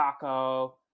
Taco